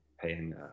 paying